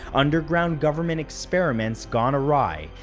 underground government experiments gone awry,